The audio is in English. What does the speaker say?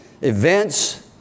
events